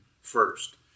first